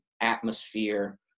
atmosphere